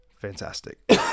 fantastic